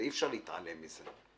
אי אפשר להתעלם מזה.